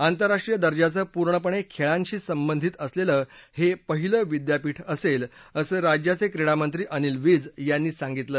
आंतरराष्ट्रीय दर्जाचं पूर्णपणे खेळांशी संबंधित असलेलं हे पहिलं विद्यापीठ असेल असं राज्याचे क्रीडामंत्री अनिल विज यांनी सांगितलं